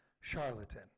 Charlatan